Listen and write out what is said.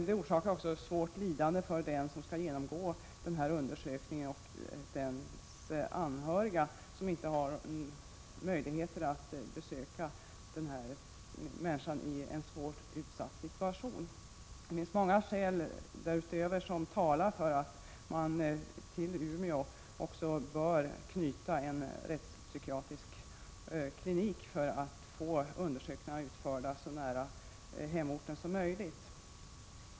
Det medför också svåra lidanden för den som skall genomgå undersökningen och dennes anhöriga, som inte har möjlighet att besöka vederbörande i en utsatt situation. Det finns många skäl därutöver som talar för att man till Umeå bör knyta också en rättspsykiatrisk klinik för att få undersökningarna utförda så nära hemorten som möjligt.